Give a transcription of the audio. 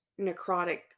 necrotic